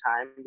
time